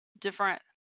different